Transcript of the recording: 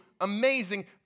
Amazing